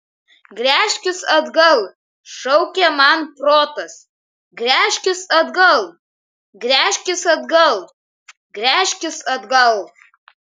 gręžkis atgal šaukė man protas gręžkis atgal gręžkis atgal gręžkis atgal